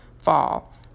fall